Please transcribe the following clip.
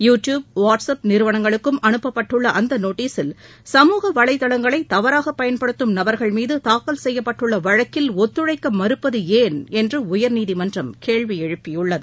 you tube WhatsApp நிறுவனங்களுக்கும் அனுப்பப்பட்டுள்ள அந்த நோட்டீஸில் சமூக வலைதளங்களை தவறாக பயன்படுத்தும் நபர்கள் மீது தாக்கல் செய்யப்பட்டுள்ள வழக்கில் ஒத்துழைக்க மறுப்பது ஏன் என்று உயர்நீதிமன்றம் கேள்வி எழுப்பியுள்ளது